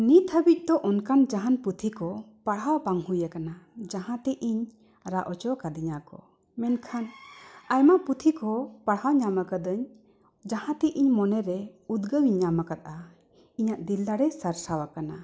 ᱱᱤᱛ ᱦᱟᱹᱵᱤᱡ ᱫᱚ ᱚᱱᱠᱟᱱ ᱡᱟᱦᱟᱱ ᱯᱩᱛᱷᱤ ᱠᱚ ᱯᱟᱲᱦᱟᱣ ᱵᱟᱝ ᱦᱩᱭ ᱟᱠᱟᱱᱟ ᱡᱟᱦᱟᱸᱛᱮ ᱤᱧ ᱨᱟᱜ ᱚᱪᱚ ᱟᱠᱟᱫᱤᱧᱟᱹ ᱠᱚ ᱢᱮᱱᱠᱷᱟᱱ ᱟᱭᱢᱟ ᱯᱩᱛᱷᱤ ᱠᱚ ᱯᱟᱲᱦᱟᱣ ᱧᱟᱢ ᱟᱠᱟᱫᱟᱹᱧ ᱡᱟᱦᱟᱸ ᱛᱮ ᱤᱧ ᱢᱚᱱᱮ ᱨᱮ ᱩᱫᱽᱜᱟᱹᱣ ᱤᱧ ᱧᱟᱢ ᱟᱠᱟᱫᱟ ᱤᱧᱟᱹᱜ ᱫᱤᱞ ᱫᱟᱲᱮ ᱥᱟᱨᱥᱟᱣ ᱟᱠᱟᱱᱟ